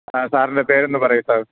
ആ സാറിൻ്റെ പേരൊന്നു പറയൂ സർ